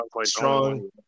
strong